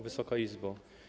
Wysoka Izbo!